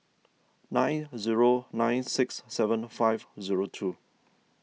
nine zero nine six seven five zero two